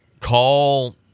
Call